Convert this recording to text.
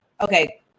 okay